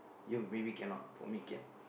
you maybe cannot for me can